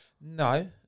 No